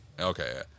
Okay